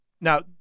Now